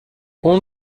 اون